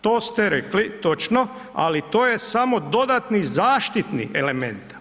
To ste rekli točno, ali to je samo dodatni zaštiti element.